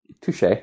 Touche